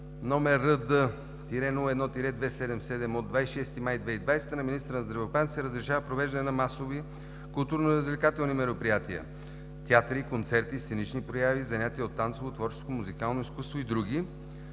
№ РД-01-277 от 26 май 2020 г. на министъра на здравеопазването се разрешава провеждането на масови културно-развлекателни мероприятия – театри, концерти, сценични прояви, занятия от танцово, творческо, музикално изкуство и други.